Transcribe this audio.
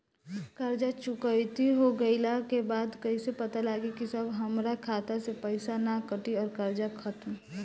कर्जा चुकौती हो गइला के बाद कइसे पता लागी की अब हमरा खाता से पईसा ना कटी और कर्जा खत्म?